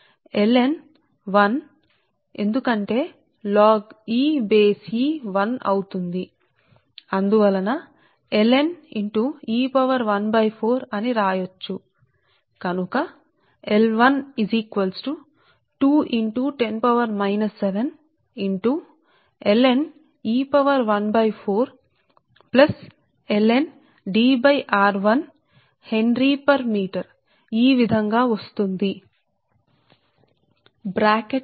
కాబట్టి అందువల్ల మనం 1 కు ln e to the power of 1 4 ln e 14 ను వ్రాయవచ్చు కాబట్టి మనం వ్రాయగలిగేది సమానం గా ఉంటుంది ln is equal to 2 into ten to the power of minus 7 minus 7 ln D r1 e to the power minus 1 4 henry meter Henrymeter కి సమానం ఇది ఇలాంటిదే